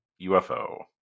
UFO